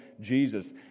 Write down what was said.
Jesus